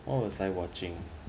what was I watching ah